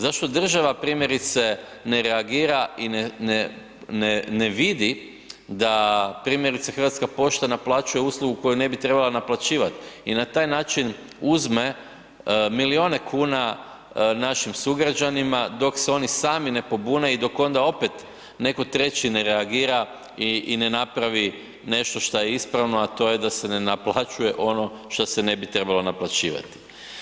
Zašto država primjerice ne reagira i ne vidi da primjerice Hrvatska pošta naplaćuje uslugu koju ne bi trebala naplaćivati i na taj način uzme milione kuna našim sugrađanima dok se oni sami ne pobune i dok onda opet netko treći ne reagira i ne napravi nešto šta je ispravno, a to je da se ne naplaćuje ono što se ne bi trebalo naplaćivati.